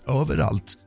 överallt